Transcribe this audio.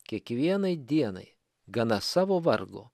kiekvienai dienai gana savo vargo